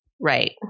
right